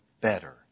better